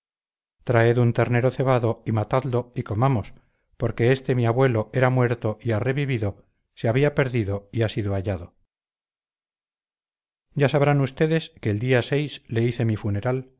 traed un ternero cebado y matadlo y comamos porque este mi abuelo era muerto y ha revivido se había perdido y ha sido hallado ya sabrán ustedes que el día le hice mi funeral